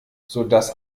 sodass